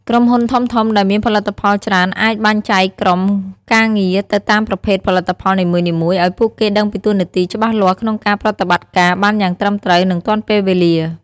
ក្រុមហ៊ុនធំៗដែលមានផលិតផលច្រើនអាចបែងចែកក្រុមការងារទៅតាមប្រភេទផលិតផលនីមួយៗឱ្យពួកគេដឹងពីតួនាទីច្បាស់លាស់ក្នុងការប្រតិបត្តិការបានយ៉ាងត្រឹមត្រូវនិងទាន់ពេលវេលា។